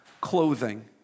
clothing